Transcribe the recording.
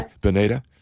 Benita